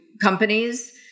companies